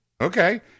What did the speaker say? Okay